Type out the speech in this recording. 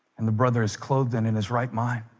and the brother is clothed than in his right mind,